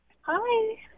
Hi